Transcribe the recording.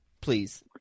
please